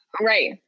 Right